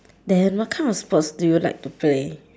then what kind of sports do you like to play